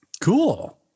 Cool